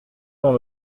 dans